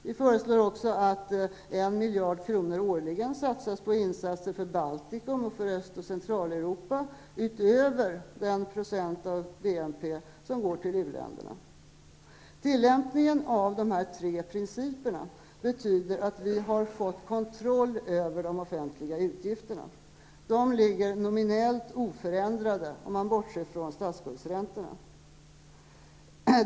Vi föreslår också att 1 miljard kronor årligen satsas på insatser för Baltikum och Öst och Centraleuropa utöver den procent av BNP som går till u-länderna. Tillämpningen av dessa tre principer betyder att vi har fått kontroll över de offentliga utgifterna. De ligger nominellt oförändrade, om man bortser från statsskuldsräntorna.